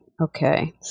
Okay